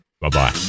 bye-bye